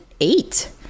eight